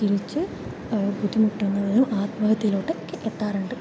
തിരിച്ച് ബുദ്ധിമുട്ടുന്നവരും ആത്മഹത്യയിലോട്ട് ഒക്കെ എത്താറുണ്ട്